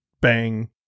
Bang